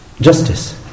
justice